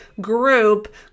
group